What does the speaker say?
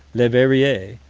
leverrier,